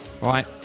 Right